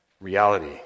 reality